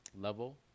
level